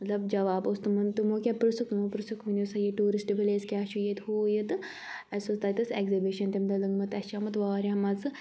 مطلب جواب اوس تِمَن تِمو کیٛاہ پرٛژھُکھ تِمو پرٛژھُکھ ؤنِو سہَ یہِ ٹوٗرِسٹ وِلیس کیٛاہ چھُ ییٚتہِ ہوٗ یہِ تہٕ اَسہِ اوس تَتہِ ٲسۍ ایٚگزِبِشَن تمہِ دۄہ لوٚگمُت اَسہِ چھُ آمُت واریاہ مَزٕ